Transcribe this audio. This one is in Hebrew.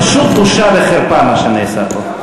פשוט בושה וחרפה מה שנעשה פה.